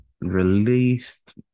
released